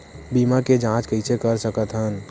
बीमा के जांच कइसे कर सकत हन?